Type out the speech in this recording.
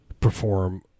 perform